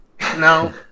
no